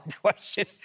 question